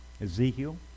Ezekiel